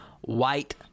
White